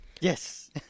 Yes